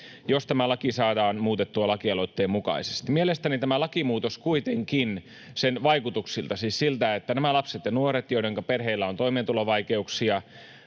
jos tämä laki saadaan muutettua lakialoitteen mukaisesti. Mielestäni tämä lakimuutos kuitenkin sen vaikutuksilta — siis siltä, että nämä lapset ja nuoret, joidenka perheillä on toimeentulovaikeuksia,